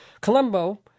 Colombo